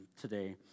today